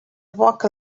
walk